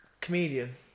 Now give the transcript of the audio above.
Comedian